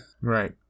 Right